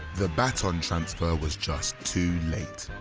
the baton transfer was just too late.